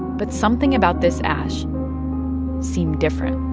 but something about this ash seemed different